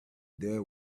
there